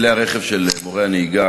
בבקשה, חבר הכנסת בר, אייכה?